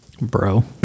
Bro